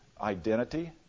identity